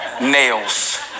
nails